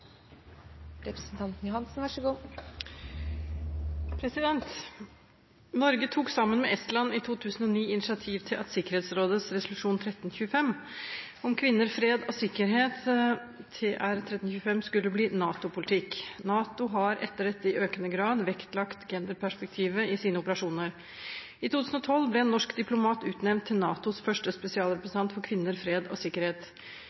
representanten Holmås med god grunn er opptatt av, nemlig et effektivt og robust kraftforsyningssystem og et viktig bidrag til energieffektivisering i framtiden. «Norge tok sammen med Estland i 2009 initiativ til at Sikkerhetsrådets resolusjon 1325 om kvinner, fred og sikkerhet, TR1325, skulle bli NATO-politikk. NATO har etter dette i økende grad vektlagt genderperspektivet i sine operasjoner. I 2012 ble en norsk diplomat utnevnt til